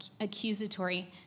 accusatory